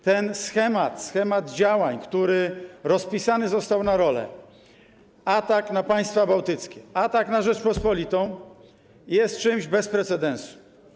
Ten schemat działań, który rozpisany został na role, atak na państwa bałtyckie, atak na Rzeczpospolitą, jest czymś bez precedensu.